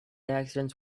accidents